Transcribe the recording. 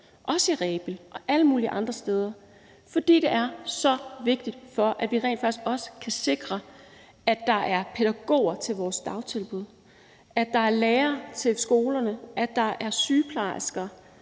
i Rebild og alle mulige andre steder. For det er så vigtigt, for at vi rent faktisk også kan sikre, at der er pædagoger til vores dagtilbud, at der er lærere til skolerne, at der er sygeplejersker,